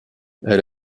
elle